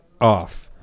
off